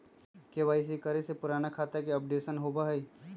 KYC करें से पुराने खाता के अपडेशन होवेई?